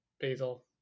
Basil